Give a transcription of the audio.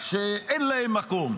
שאין להם מקום